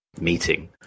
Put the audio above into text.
meeting